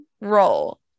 role